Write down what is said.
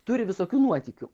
turi visokių nuotykių